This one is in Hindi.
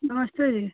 नमस्ते जी